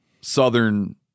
Southern